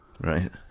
Right